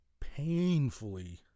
painfully